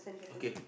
okay